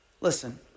Listen